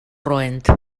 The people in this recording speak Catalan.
roent